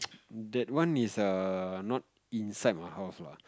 that one is err not inside my house lah